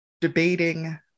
debating